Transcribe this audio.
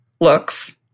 looks